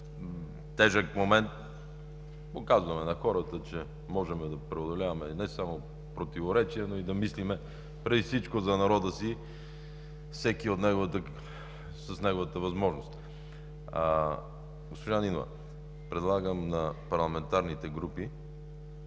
тежък момент показваме на хората, че можем да преодоляваме не само противоречия, но и да мислим преди всичко за народа си – всеки с неговата възможност. Госпожо Нинова, предлагам на парламентарните групи,